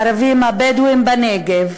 הכפרים הערביים הבדואיים בנגב,